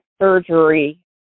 surgery